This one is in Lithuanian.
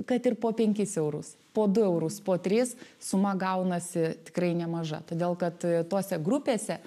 kad ir po penkis eurus po du eurus po tris suma gaunasi tikrai nemaža todėl kad tose grupėse